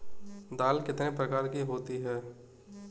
दाल कितने प्रकार की होती है?